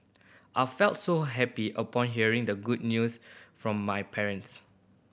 I felt so happy upon hearing the good news from my parents